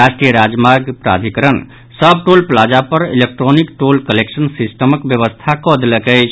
राष्ट्रीय राजमार्ग प्राधिकरण सभ टोल प्लाजा पर इलेक्ट्रोनिक टोल कलेक्शन सिस्टमक व्यवस्था कऽ देलक अछि